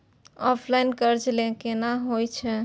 Online कर्ज केना होई छै?